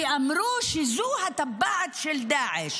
כי אמרו שזו הטבעת של דאעש.